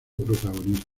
protagonista